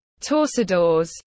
torcedores